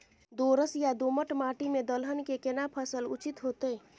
दोरस या दोमट माटी में दलहन के केना फसल उचित होतै?